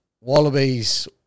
Wallabies